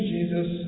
Jesus